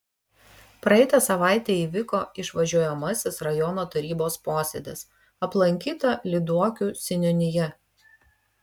praeitą savaitę įvyko išvažiuojamasis rajono tarybos posėdis aplankyta lyduokių seniūnija